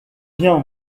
bien